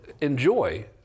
enjoy